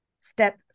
step